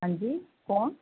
ਹਾਂਜੀ ਕੌਣ